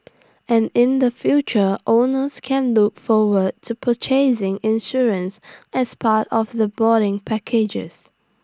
and in the future owners can look forward to purchasing insurance as part of the boarding packages